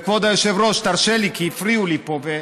כבוד היושב-ראש, תרשה לי, כי הפריעו לי פה.